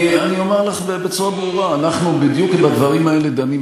אני רק, ברשותך, אדוני,